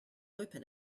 open